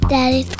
Daddy